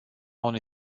unui